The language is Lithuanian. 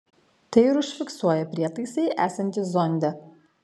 tai ir užfiksuoja prietaisai esantys zonde